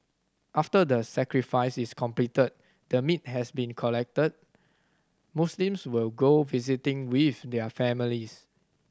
after the sacrifice is completed the meat has been collected Muslims will go visiting with their families